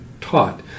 taught